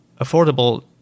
Affordable